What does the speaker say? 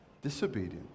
disobedience